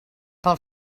pel